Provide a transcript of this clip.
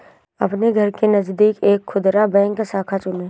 अपने घर के नजदीक एक खुदरा बैंक शाखा चुनें